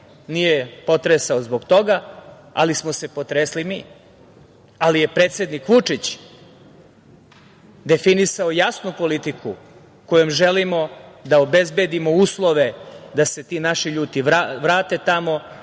nije potresao zbog toga, ali smo se potresli mi. Ali je predsednik Vučić definisao jasnu politiku kojom želimo da obezbedimo uslove da se ti naši ljudi vrate tamo,